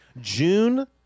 June